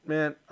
Man